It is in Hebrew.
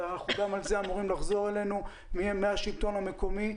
אמורים לחזור אלינו בנושא הזה מהשלטון המקומי.